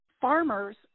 farmers